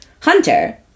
Hunter